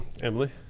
emily